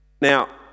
Now